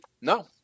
no